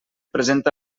presenta